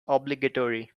obligatory